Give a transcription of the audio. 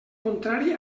contrari